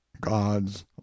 gods